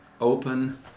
open